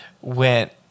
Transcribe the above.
went